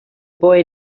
boy